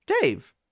Dave